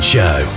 Show